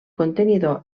contenidor